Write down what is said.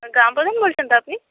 গ্রাম প্রধান বলছেন তো আপনি